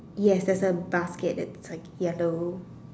yes there's a basket that's like yellow